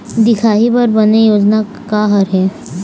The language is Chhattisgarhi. दिखाही बर बने योजना का हर हे?